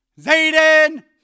Zayden